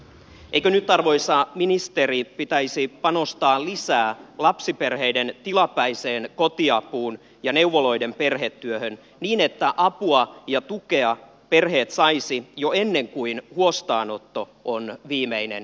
eikö nyt arvoisa ministeri pitäisi panostaa lisää lapsiperheiden tilapäiseen kotiapuun ja neuvoloiden perhetyöhön niin että perheet saisivat apua ja tukea jo ennen kuin huostaanotto on viimeinen keino